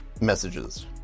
messages